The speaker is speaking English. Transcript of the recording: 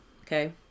okay